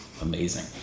amazing